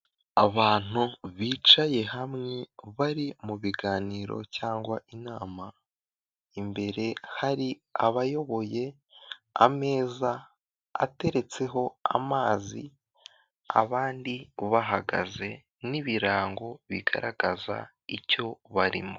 Abantu bicaye hamwe bari mu biganiro cyangwa inama, imbere hari abayoboye, ameza ateretseho amazi, abandi bahagaze n'ibirango bigaragaza icyo barimo.